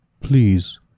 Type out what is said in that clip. please